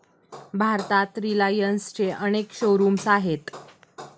भारतात रिलायन्सचे अनेक शोरूम्स आहेत